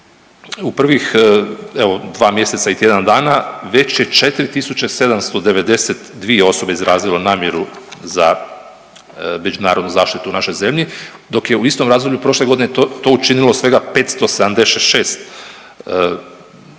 u prvih evo dva mjeseca i tjedan dana već je 4.792 osobe izrazilo namjeru za međunarodnu zaštitu u našoj zemlji, dok je u istom razdoblju prošle godine to, to učinilo svega 576